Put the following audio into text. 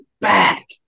back